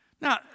Now